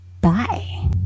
Bye